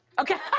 okay.